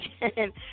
again